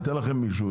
ייתן לכם מישהו.